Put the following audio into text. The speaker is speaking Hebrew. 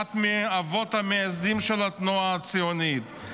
אחד מהאבות המייסדים של התנועה הציונית,